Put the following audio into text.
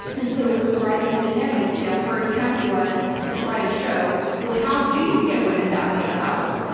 and so with writing the handmaid's tale her attempt was to try to show, well, how do you get women back into the house?